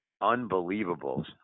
Unbelievable